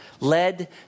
led